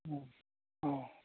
औ